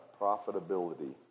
profitability